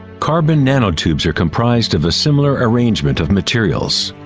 carbon nanotubes are comprised of a similar arrangement of materials.